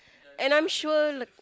and I'm sure like